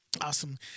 Awesome